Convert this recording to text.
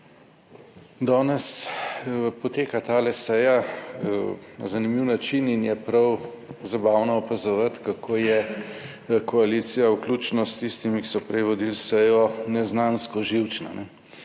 Danes poteka tale seja na zanimiv način in je prav zabavno opazovati, kako je koalicija vključno s tistimi, ki so prej vodili sejo, neznansko živčna.